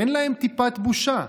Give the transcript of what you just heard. אין להם טיפת בושה.